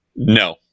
No